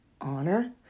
honor